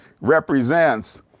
represents